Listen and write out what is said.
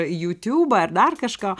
jiutiubą ar dar kažką